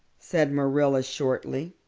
said marilla shortly.